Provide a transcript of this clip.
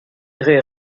rue